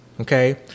okay